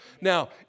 Now